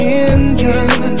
engine